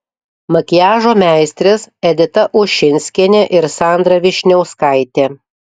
makiažo meistrės edita ušinskienė ir sandra vyšniauskaitė